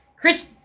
Chris